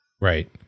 Right